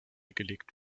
gelegt